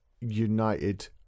United